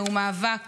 זהו מאבק